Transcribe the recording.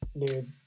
dude